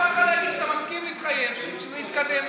מה אכפת לך להגיד שאתה מסכים להתחייב שכשזה יתקדם,